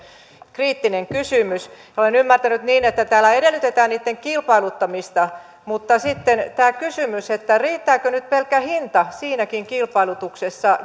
kriittinen kysymys olen ymmärtänyt niin että täällä edellytetään niitten kilpailuttamista mutta sitten on tämä kysymys että riittääkö nyt pelkkä hinta siinäkin kilpailutuksessa